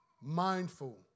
mindful